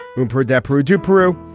room for depp road to peru.